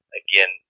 again